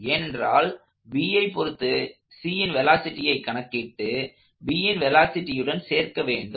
ஏனென்றால் Bஐ பொருத்து Cன் வெலாசிட்டியை கணக்கிட்டு Bன் வெலாசிட்டியுடன் சேர்க்க வேண்டும்